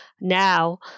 Now